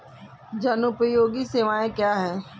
जनोपयोगी सेवाएँ क्या हैं?